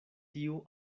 tiu